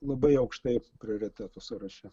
labai aukštai prioritetų sąraše